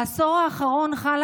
בעשור האחרון חלה